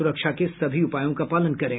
सुरक्षा के सभी उपायों का पालन करें